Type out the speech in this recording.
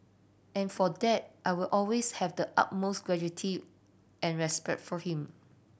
and for that I will always have the utmost gratitude and respect for him